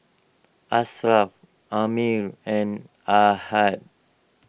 Ashraff Ammir and Ahad